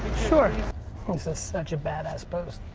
sort of good. this is such a badass post.